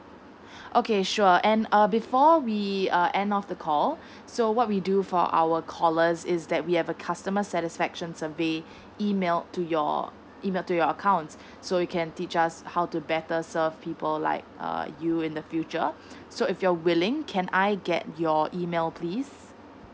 okay sure and err before we uh end of the call so what we do for our callers is that we have a customer satisfaction survey email to your email to your account so you can teach us how to better serve people like err you in the future so if you're willing can I get your email please